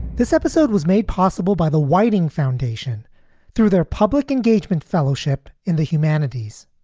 this episode was made possible by the whiting foundation through their public engagement fellowship in the humanities.